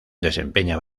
desempeña